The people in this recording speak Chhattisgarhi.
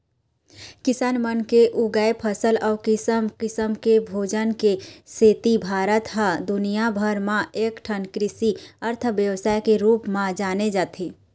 किसान मन के उगाए फसल अउ किसम किसम के भोजन के सेती भारत ह दुनिया भर म एकठन कृषि अर्थबेवस्था के रूप म जाने जाथे